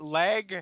leg